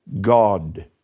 God